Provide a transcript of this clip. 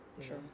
Sure